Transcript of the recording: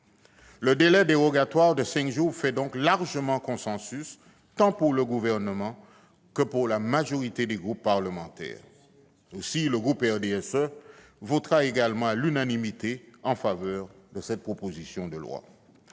Le délai dérogatoire de cinq jours fait donc largement consensus, tant pour le Gouvernement que pour la majorité des groupes parlementaires. Aussi, le groupe du RDSE votera à l'unanimité en faveur de cette proposition de loi.